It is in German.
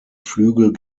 flügel